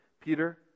Peter